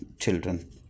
children